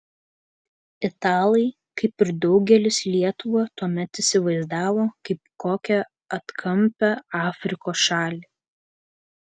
italai kaip ir daugelis lietuvą tuomet įsivaizdavo kaip kokią atkampią afrikos šalį